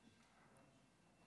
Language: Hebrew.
התשפ"ב 2022,